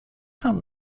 sound